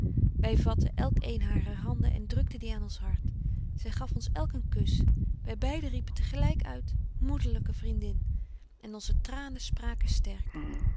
vatten elk een harer handen en drukten die aan ons hart zy gaf ons elk een kusch wy beiden riepen te gelyk uit moederlyke vriendin en onze tranen spraken sterk